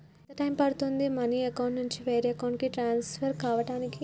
ఎంత టైం పడుతుంది money account నుంచి వేరే అకౌంట్ కి ట్రాన్స్ఫర్ కావటానికి?